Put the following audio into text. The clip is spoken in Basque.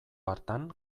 hartan